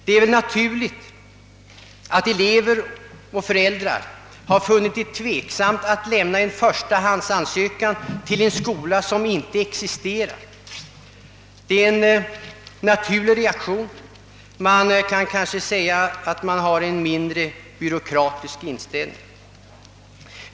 Det är väl naturligt att föräldrar och elever har funnit det tveksamt, om man skall lämna en förstahandsansökan till en skola som inte existerar. Man kan kanske säga att de har en mindre byråkratisk inställning!